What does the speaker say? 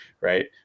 right